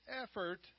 effort